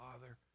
Father